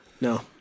No